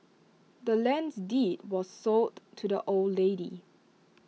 the land's deed was sold to the old lady